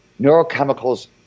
neurochemicals